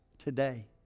today